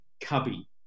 cubby